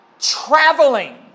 traveling